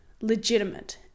legitimate